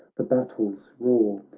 the battle's roar,